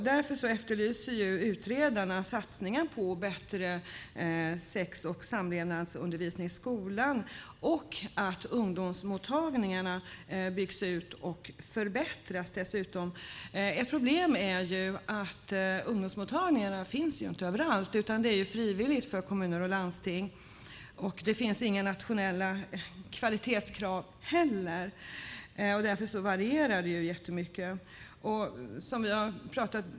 Därför efterlyser utredarna satsningar på bättre sex och samlevnadsundervisning i skolan och dessutom att ungdomsmottagningarna byggs ut och förbättras. Ett problem är att ungdomsmottagningar inte finns överallt, utan det är frivilligt för kommuner och landsting att besluta om sådana. Det finns inte heller några nationella kvalitetskrav, och därför varierar det jättemycket.